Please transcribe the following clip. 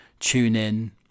TuneIn